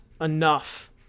enough